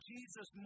Jesus